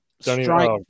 Strike